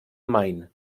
main